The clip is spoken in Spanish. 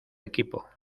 equipo